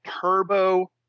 Turbo